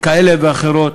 כאלה ואחרות.